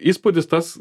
įspūdis tas